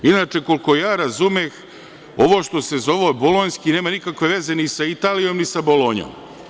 Inače, koliko ja razumeh, ovo što se zove bolonjski, nema nikakve veze ni sa Italijom, ni sa Bolonjom.